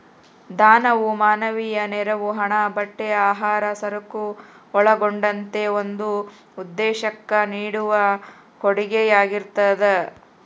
ದಾನವು ಮಾನವೀಯ ನೆರವು ಹಣ ಬಟ್ಟೆ ಆಹಾರ ಸರಕು ಒಳಗೊಂಡಂತೆ ಒಂದು ಉದ್ದೇಶುಕ್ಕ ನೀಡುವ ಕೊಡುಗೆಯಾಗಿರ್ತದ